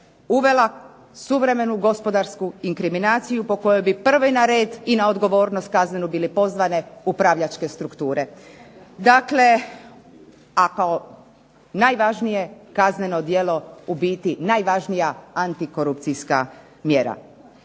uvela suvremenu gospodarsku inkriminaciju po kojoj bi prvi na red i na odgovornost kaznenu bile pozvane upravljačke strukture. Dakle a kao najvažnije kazneno djelo u biti najvažnija antikorupcijska mjera.